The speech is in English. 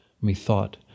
Methought